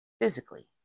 physically